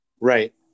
Right